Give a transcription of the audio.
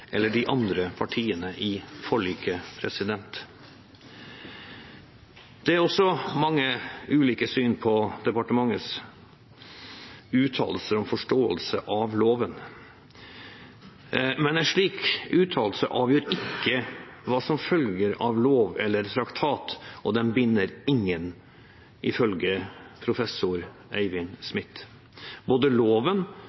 eller de andre partiene bak forliket. Det er også mange ulike syn på departementets uttalelser om forståelse av loven. Men en slik uttalelse avgjør ikke hva som følger av lov eller traktat, og den binder ingen, ifølge professor